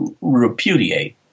repudiate